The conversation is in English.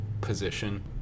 position